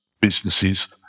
businesses